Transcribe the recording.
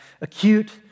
acute